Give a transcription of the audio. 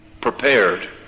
prepared